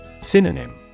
synonym